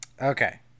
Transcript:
Okay